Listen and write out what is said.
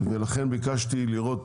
לכן ביקשתי לראות